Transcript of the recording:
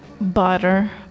butter